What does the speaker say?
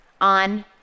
on